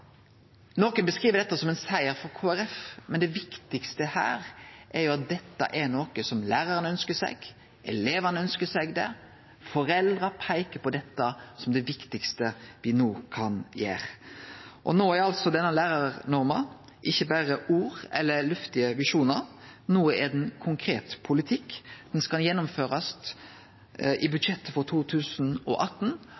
Nokon beskriv dette som ein siger for Kristeleg Folkeparti, men det viktigaste her er at dette er noko som lærarane ønskjer seg. Elevane ønskjer seg det. Foreldra peiker på dette som det viktigaste me no kan gjere. No er altså denne lærarnorma ikkje berre ord eller luftige visjonar. No er den konkret politikk. Ho skal gjennomførast i